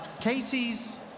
Katie's